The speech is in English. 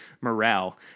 morale